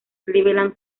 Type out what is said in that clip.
cleveland